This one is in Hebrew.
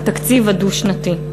התקציב הדו-שנתי.